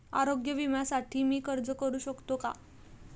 आरोग्य विम्यासाठी मी अर्ज करु शकतो का?